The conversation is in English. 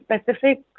specific